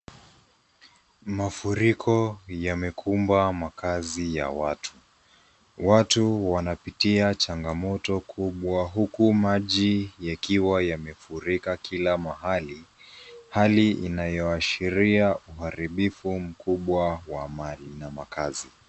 Mafuriko yamekumba makazi ya watu. Watu wanapitia changamoto kubwa huku maji yakiwa yamefurika kila mahali. Hali inayo ashiria uharibifu mkubwa wa mali na makazi.